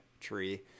Tree